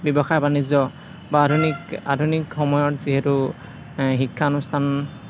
ব্যৱসায় বাণিজ্য বা আধুনিক আধুনিক সময়ত যিহেতু শিক্ষা অনুষ্ঠান